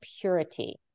purity